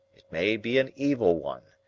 it may be an evil one.